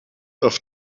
auf